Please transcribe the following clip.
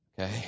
Okay